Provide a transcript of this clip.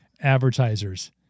advertisers